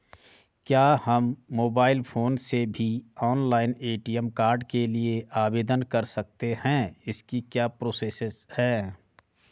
क्या हम mobile phone से भी ऑनलाइन ए.टी.एम कार्ड के लिए आवेदन कर सकते हैं इसकी क्या प्रोसेस है?